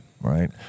Right